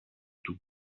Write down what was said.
του